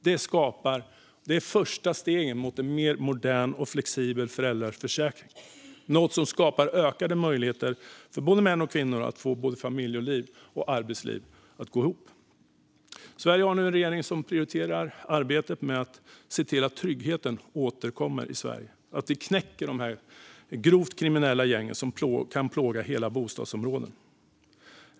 Det är de första stegen mot en mer modern och flexibel föräldraförsäkring, något som skapar ökade möjligheter för både män och kvinnor att få familjeliv och arbetsliv att gå ihop. Sverige har nu också en regering som prioriterar arbetet med att se till att tryggheten återkommer i Sverige och att vi knäcker de grovt kriminella gäng som kan plåga hela bostadsområden.